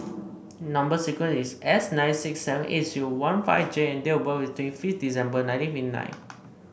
number sequence is S nine six seven eight zero one five J and date of birth is twenty fifth December nineteen fifty nine